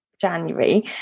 January